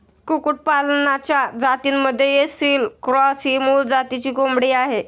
कुक्कुटपालनाच्या जातींमध्ये ऐसिल क्रॉस ही मूळ जातीची कोंबडी आहे